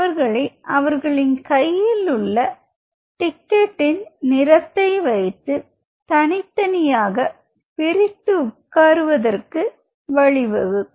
அவர்களை அவர்களின் கையில் உள்ள டிக்கெட்டின் நிறத்தை வைத்து தனித்தனியாக பிரித்து உட்காருவதற்கு வழிவகுக்கும்